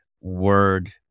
word